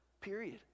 Period